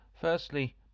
Firstly